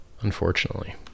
unfortunately